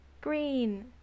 Green